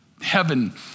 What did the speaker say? heaven